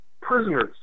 Prisoners